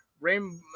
Rainbow